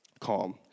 calm